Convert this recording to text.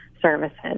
services